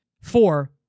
four